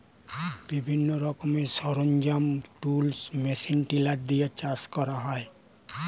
বিভিন্ন রকমের সরঞ্জাম, টুলস, মেশিন টিলার দিয়ে চাষ করা হয়